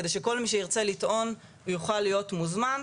כדי שכל מי שרוצה לטעון יוכל להיות מוזמן.